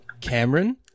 Cameron